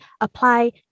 apply